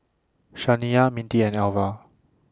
Shaniya Mintie and Alva